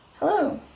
hello!